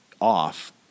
off